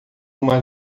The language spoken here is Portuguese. uma